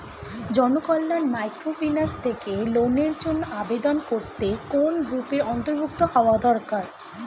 Janakalyan microfinance থেকে লোনের জন্য আবেদন করতে কোন গ্রুপের অন্তর্ভুক্ত হওয়া দরকার?